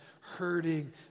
hurting